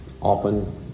often